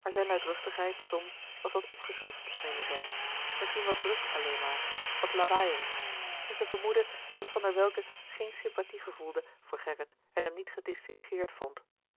maar zijne luidruchtigheid soms was wat opgeschroefd meende zij misschien wat druk alleen maar wat lawaaierig en zij vermoedde dat van der welcke geen sympathie gevoelde voor gerrit en hem niet gedistingeerd vond